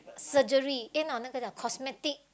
surgery eh no 哪个 cosmetics